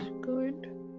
good